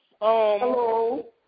Hello